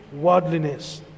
worldliness